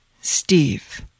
Steve